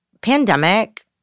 pandemic